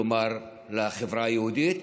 כלומר לחברה היהודית,